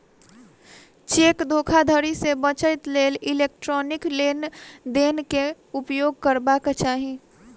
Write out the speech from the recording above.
cheque धोखाधड़ी से बचैक लेल इलेक्ट्रॉनिक लेन देन के उपयोग करबाक चाही